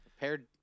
Paired